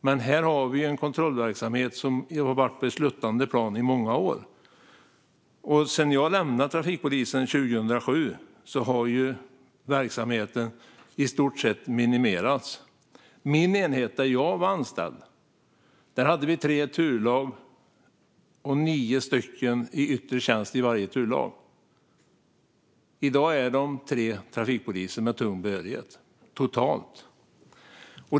Men här har vi en kontrollverksamhet som har varit på ett sluttande plan i många år. Sedan jag lämnade trafikpolisen 2007 har verksamheten i stort sett minimerats. På min enhet, där jag var anställd, hade vi tre turlag och nio i yttre tjänst i varje turlag. I dag finns det totalt tre trafikpoliser med tung behörighet.